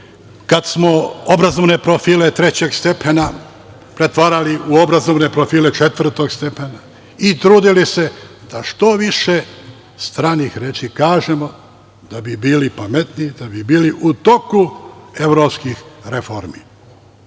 kad smo obrazovne profile trećeg stepena pretvarali u obrazovne profile četvrtog stepena i trudili se da što više stranih reči kažemo da bi bili pametniji, da bi bili u toku evropskih reformi. Zato,